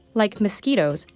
like mosquitoes,